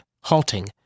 halting